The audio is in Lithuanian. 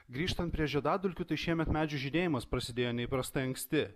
grįžtant prie žiedadulkių tai šiemet medžių žydėjimas prasidėjo neįprastai anksti